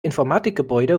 informatikgebäude